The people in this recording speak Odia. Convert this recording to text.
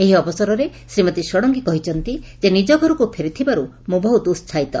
ଏହି ଅବସରେ ଶ୍ରୀମତୀ ଷଡ଼ଙ୍ଗୀ କହିଛନ୍ତି ଯେ ନିକ ଘରକୁ ଫେରିଥିବାରୁ ମୁଁ ବହୁତ ଉସାହିତ